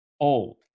old